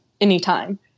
anytime